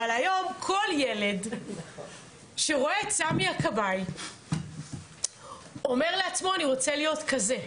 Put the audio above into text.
אבל היום כל ילד שרואה את סמי הכבאי אומר לעצמו אני רוצה להיות כזה.